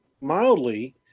mildly